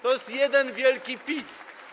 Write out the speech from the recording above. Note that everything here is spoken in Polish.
To jest jeden wielki pic.